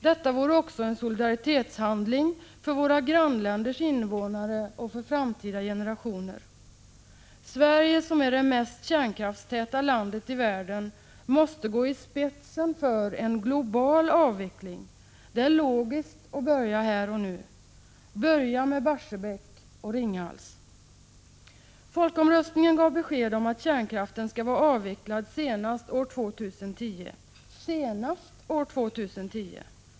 Detta vore också en solidaritetshandling gentemot våra grannländers invånare och gentemot framtida generationer. Sverige, som är det mest kärnkraftstäta landet i världen, måste gå i spetsen för en global avveckling. Det är logiskt att börja här och nu. Börja med Barsebäck och Ringhals! Folkomröstningen gav besked om att kärnkraften skall vara avvecklad senast år 2010.